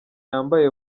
yambaye